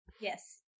Yes